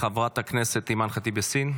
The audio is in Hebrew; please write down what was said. חברת הכנסת אימאן ח'טיב יאסין,